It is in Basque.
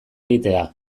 egitea